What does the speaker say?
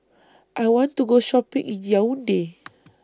I want to Go Shopping in Yaounde